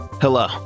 Hello